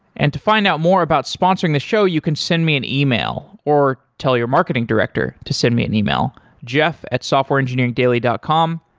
and to find out more about sponsoring the show, you can send me an email or tell your marketing director to send me an email, jeff at softwareengineeringdaily dot com.